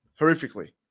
horrifically